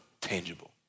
tangible